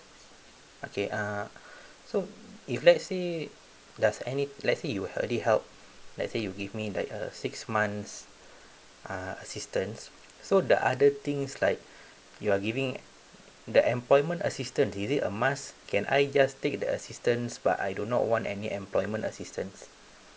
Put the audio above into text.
okay uh so if let's say there's any let's say you have already help let's say you give me like a six months uh assistance so the other things like you are giving the employment assistance is it a must can I just take the assistance but I do not want any employment assistance